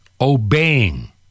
obeying